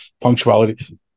punctuality